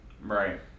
Right